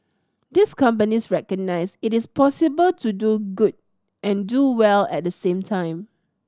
these companies recognise it is possible to do good and do well at the same time